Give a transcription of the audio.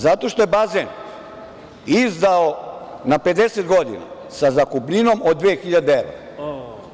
Zato što je bazen izdao na 50 godina, sa zakupninom od 2.000 evra.